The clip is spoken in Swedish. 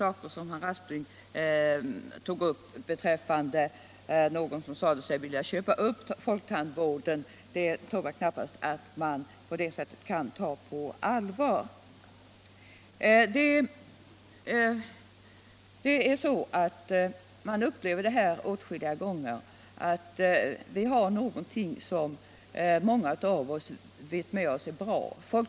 Att sedan någon säger sig vilja köpa folktandvården tror jag knappast man skall ta på allvar. Vi har här någonting som många av oss tycker är bra.